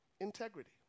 Integrity